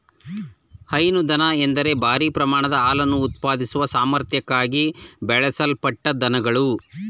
ಹೈನು ದನ ಎಂದರೆ ಭಾರೀ ಪ್ರಮಾಣದ ಹಾಲನ್ನು ಉತ್ಪಾದಿಸುವ ಸಾಮರ್ಥ್ಯಕ್ಕಾಗಿ ಬೆಳೆಸಲ್ಪಟ್ಟ ದನಗಳು